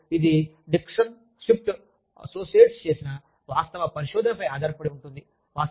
మరియు ఇది Dixon Swift Associates చేసిన వాస్తవ పరిశోధనపై ఆధారపడి ఉంటుంది